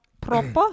Proper